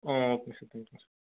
ம் okay sir thank you sir